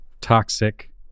toxic